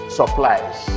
supplies